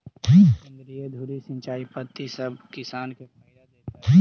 केंद्रीय धुरी सिंचाई पद्धति सब किसान के फायदा देतइ